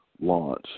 launch